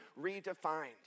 redefined